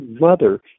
mother